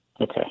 Okay